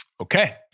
Okay